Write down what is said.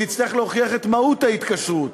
והיא תצטרך להוכיח את מהות ההתקשרות,